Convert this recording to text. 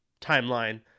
timeline